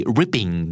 ripping